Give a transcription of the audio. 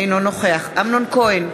אינו נוכח אמנון כהן,